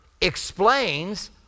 explains